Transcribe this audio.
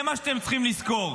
זה מה שאתם צריכים לזכור,